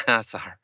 sorry